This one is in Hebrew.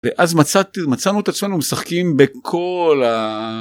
ואז מצאתי מצאנו את עצמנו משחקים בכל.